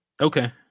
Okay